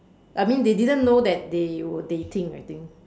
I mean they didn't know that they were dating I think